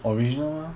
original mah